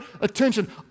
attention